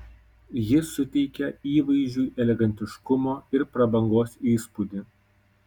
ji suteikia įvaizdžiui elegantiškumo ir prabangos įspūdį